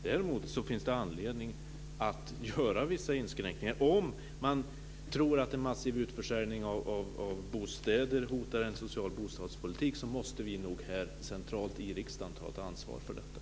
Däremot finns det kanske anledning att göra vissa inskränkningar. Om man tror att en massiv utförsäljning av bostäder hotar en social bostadspolitik måste vi nog här, centralt i riksdagen, ta ett ansvar för detta.